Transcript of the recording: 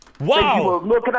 Wow